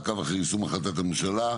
לצורך מעקב אחר יישום החלטת הממשלה.